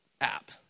app